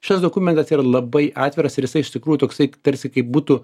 šis dokumentas yra labai atviras ir jisai iš tikrųjų toksai tarsi kaip būtų